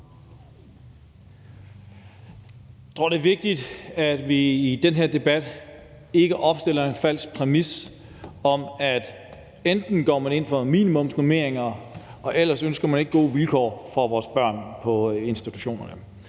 Jeg tror, det er vigtigt, at vi i den her debat ikke opstiller en falsk præmis om, at enten går man ind for minimumsnormeringer, eller også ønsker man ikke gode vilkår for vores børn i institutionerne.